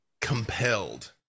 compelled